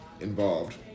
involved